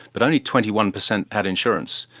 but only twenty one percent had insurance.